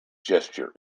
gesture